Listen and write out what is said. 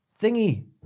Thingy